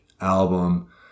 album